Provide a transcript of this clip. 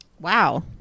wow